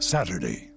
Saturday